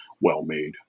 well-made